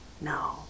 No